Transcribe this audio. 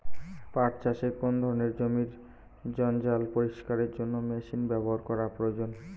পাট চাষে কোন ধরনের জমির জঞ্জাল পরিষ্কারের জন্য মেশিন ব্যবহার করা প্রয়োজন?